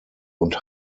und